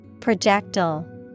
Projectile